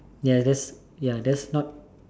ya that's that's not